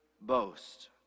boast